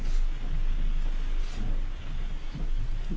see